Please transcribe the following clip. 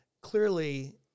clearly